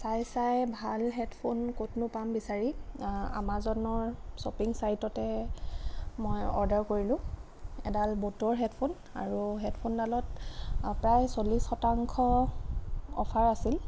চাই চাই ভাল হেডফোন ক'তনো পাম বিচাৰি আমাজনৰ শ্বপিং চাইটতে মই অৰ্ডাৰ কৰিলোঁ এডাল ব'টৰ হেডফোন আৰু হেডফোনডালত প্ৰায় চল্লিছ শতাংশ অ'ফাৰ আছিল